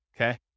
Okay